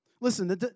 Listen